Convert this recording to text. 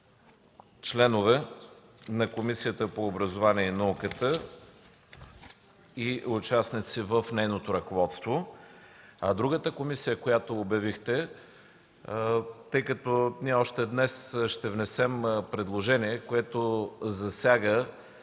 членове на Комисията по образованието и науката и участници в нейното ръководство, а другата комисия, която обявихте, тъй като още днес ще внесем предложение, което засяга